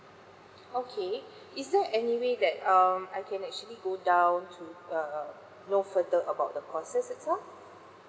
okay is there any way that um I can actually go down to err know further about the courses itself